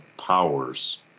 powers